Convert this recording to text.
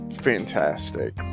fantastic